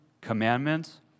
commandments